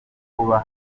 kuba